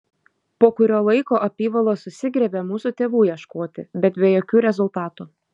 po kurio laiko apyvalos susigriebė mūsų tėvų ieškoti bet be jokių rezultatų